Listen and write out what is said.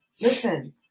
Listen